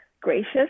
gracious